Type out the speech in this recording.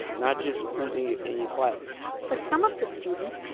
not just who's in your in your class for some of the students,